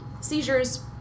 seizures